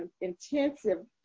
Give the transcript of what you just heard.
intensive